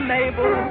Mabel